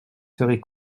serez